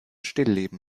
stillleben